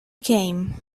came